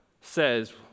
says